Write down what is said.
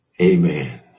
Amen